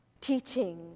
teaching